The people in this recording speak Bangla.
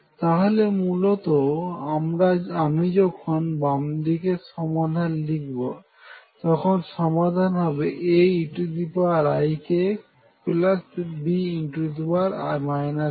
তাহলে মূলত আমি যখন বামদিকের সমাধান লিখব তখন সমাধান হবে AeikxBe ikx